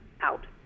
out